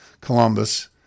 Columbus